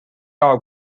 kaua